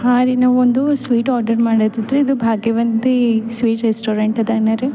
ಹಾಂ ರೀ ನಾವು ಒಂದು ಸ್ವೀಟ್ ಆರ್ಡರ್ ಮಾಡ್ಯತ್ತತ್ರಿ ಇದು ಭಾಗ್ಯವಂತಿ ಸ್ವೀಟ್ ರೆಸ್ಟೋರೆಂಟ್ ಅದ ನಾ ರೀ